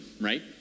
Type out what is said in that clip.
right